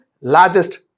largest